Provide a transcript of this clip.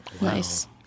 Nice